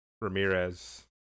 Ramirez